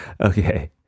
Okay